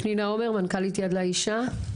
פנינה עומר, מנכ"לית יד לאישה.